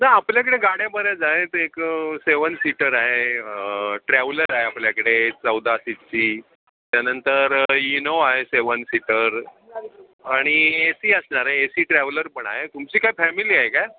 नाही आपल्याकडे गाड्या बऱ्याच आहेत एक सेवन सीटर आहे ट्रॅव्हलर आहे आपल्याकडे चौदा सीटची त्यानंतर इनोवा आहे सेवन सीटर आणि ए सी असणार आहे ए सी ट्रॅवलर पण आहे तुमची काय फॅमिली आहे काय